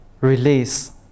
release